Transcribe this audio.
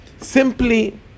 Simply